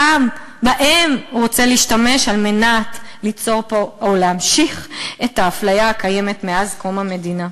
בהם הוא רוצה להשתמש על מנת להמשיך את האפליה הקיימת מאז קום המדינה.